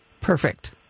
perfect